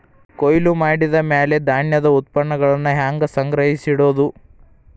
ಕೊಯ್ಲು ಮಾಡಿದ ಮ್ಯಾಲೆ ಧಾನ್ಯದ ಉತ್ಪನ್ನಗಳನ್ನ ಹ್ಯಾಂಗ್ ಸಂಗ್ರಹಿಸಿಡೋದು?